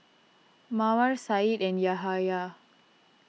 Mawar Syed and Yahaya